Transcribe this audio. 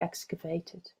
excavated